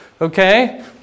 okay